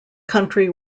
county